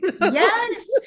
Yes